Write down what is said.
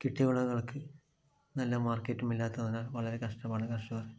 കിട്ടിയ വിളകൾക്ക് നല്ല മാർക്കറ്റും ഇല്ലാത്തതിനാൽ വളരെ കഷ്ടമാണ് കർഷകർക്ക്